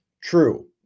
True